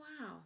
Wow